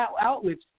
outlets